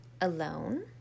alone